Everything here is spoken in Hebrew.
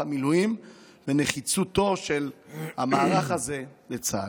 המילואים ונחיצותו של המהלך הזה לצה"ל.